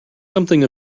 something